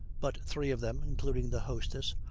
but three of them, including the hostess,